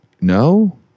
No